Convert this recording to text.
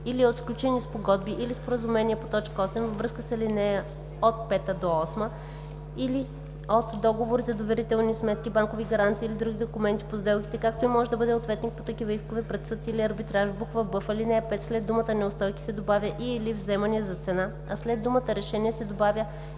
или от сключени спогодби, или споразумение по т. 8 във връзка с ал. 5 – 8, или от договори за доверителни сметки, банкови гаранции или други документи по сделките, както и може да бъде ответник по такива искове пред съд или арбитраж.” б) в ал. 5 след думата „неустойки” се добавя „и/или вземания за цена”, а след думата „решение” се добавя